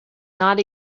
not